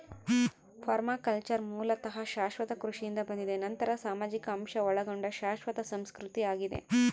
permaculture ಮೂಲತಃ ಶಾಶ್ವತ ಕೃಷಿಯಿಂದ ಬಂದಿದೆ ನಂತರ ಸಾಮಾಜಿಕ ಅಂಶ ಒಳಗೊಂಡ ಶಾಶ್ವತ ಸಂಸ್ಕೃತಿ ಆಗಿದೆ